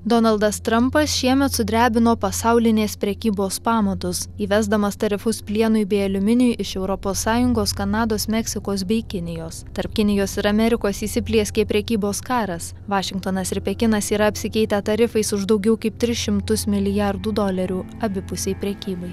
donaldas trumpas šiemet sudrebino pasaulinės prekybos pamatus įvesdamas tarifus plienui bei aliuminiui iš europos sąjungos kanados meksikos bei kinijos tarp kinijos ir amerikos įsiplieskė prekybos karas vašingtonas ir pekinas yra apsikeitę tarifais už daugiau kaip tris šimtus milijardų dolerių abipusei prekybai